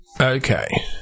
Okay